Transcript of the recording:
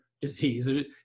disease